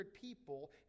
people